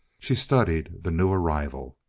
she studied the new arrival.